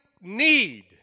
need